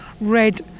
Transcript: red